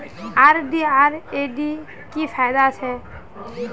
RD आर FD की फ़ायदा छे?